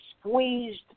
squeezed